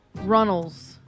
Runnels